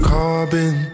Carbon